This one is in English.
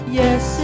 yes